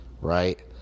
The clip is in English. right